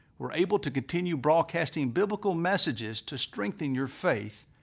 are able to continue broadcasting biblical messages to strengthen your faith,